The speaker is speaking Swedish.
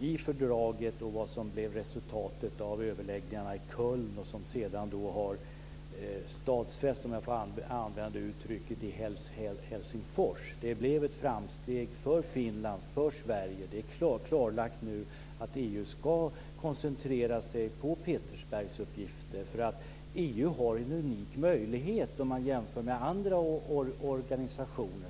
i fördraget och vad som blev resultatet av överläggningarna i Köln och som sedan har stadfästs - om jag får använda det uttrycket - i Helsingfors. Det blev ett framsteg för Finland, för Sverige. Det är klarlagt nu att EU ska koncentrera sig på Petersbergsuppgifter, för EU har en unik möjlighet jämfört med andra organisationer.